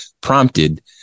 prompted